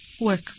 work